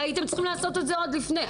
הייתם צריכים לעשות את זה עוד לפני כן.